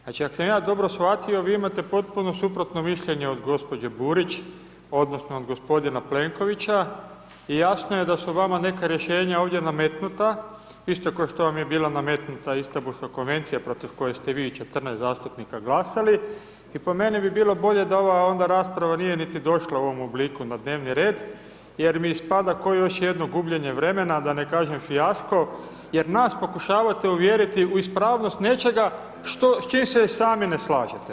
Znači, ako sam ja dobro shvatio, vi imate potpuno suprotno mišljenje od gospođe Burić odnosno od gospodina Plenkovića i jasno je da su vama neka rješenja ovdje nametnuta, isto kao što vam je bila nametnuta Istambulska Konvencija protiv koje ste vi i 14 zastupnika glasali i po meni bi bilo bolje da ova onda rasprava nije niti došla u ovom obliku na dnevni red jer mi ispada kao još jedno gubljenje vremena, da ne kažem fijasko, jer nas pokušavate uvjeriti u ispravnost nečega s čim se i sami ne slažete.